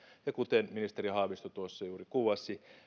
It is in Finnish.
ja kuten ministeri haavisto tuossa juuri kuvasi